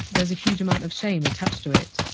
there's a huge amount of shame attached to it.